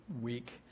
week